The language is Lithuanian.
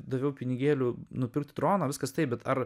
daviau pinigėlių nupirkt droną viskas taip bet ar